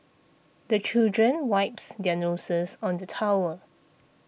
the children wipes their noses on the towel